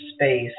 space